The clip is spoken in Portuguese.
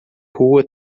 rua